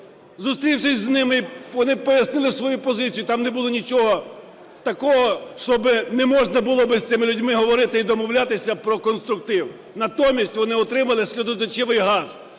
Зустрівшись з ними, вони б пояснили свою позицію. Там не було нічого такого, щоби не можна було би з цими людьми говорити і домовлятися про конструктив. Натомість вони отримали сльозоточивий газ